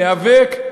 ניאבק,